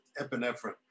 epinephrine